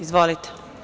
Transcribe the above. Izvolite.